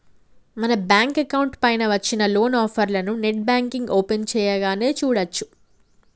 మన bank account పైన వచ్చిన లోన్ ఆఫర్లను నెట్ బ్యాంకింగ్ ఓపెన్ చేయగానే చూడచ్చు